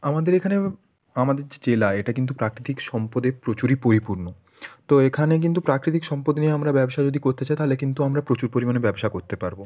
আমাদের এখানে আমাদের যে জেলা এটা কিন্তু প্রাকৃতিক সম্পদে প্রচুরই পরিপূর্ণ তো এখানে কিন্তু প্রাকৃতিক সম্পদ নিয়ে আমরা ব্যবসা যদি করতে চাই তাহলে কিন্তু আমরা প্রচুর পরিমাণে ব্যবসা করতে পারবো